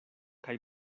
kaj